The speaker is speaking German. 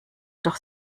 doch